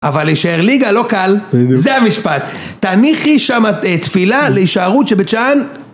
אבל להישאר ליגה לא קל, זה המשפט. תניחי שם תפילה להישארות של בית שאן.